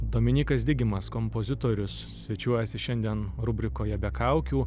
dominykas digimas kompozitorius svečiuojasi šiandien rubrikoje be kaukių